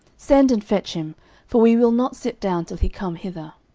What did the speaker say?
send and fetch him for we will not sit down till he come hither.